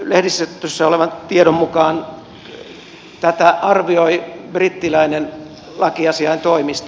lehdistössä olevan tiedon mukaan tätä arvioi brittiläinen lakiasiaintoimisto